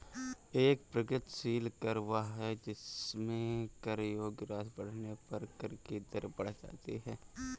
एक प्रगतिशील कर वह है जिसमें कर योग्य राशि बढ़ने पर कर की दर बढ़ जाती है